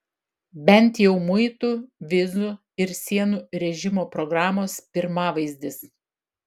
bent jau muitų vizų ir sienų režimo programos pirmavaizdis